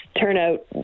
turnout